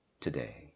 today